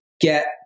get